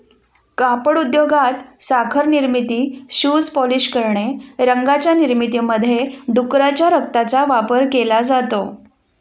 कापड उद्योगात, साखर निर्मिती, शूज पॉलिश करणे, रंगांच्या निर्मितीमध्ये डुकराच्या रक्ताचा वापर केला जातो